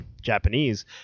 Japanese